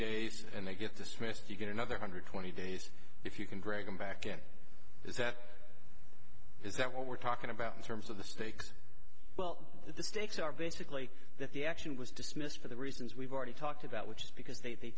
days and they get dismissed you get another hundred twenty days if you can drag them back in is that is that what we're talking about in terms of the stakes well the stakes are basically that the action was dismissed for the reasons we've already talked about which is because they